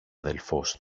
αδελφός